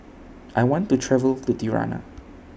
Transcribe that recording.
I want to travel to Tirana